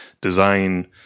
design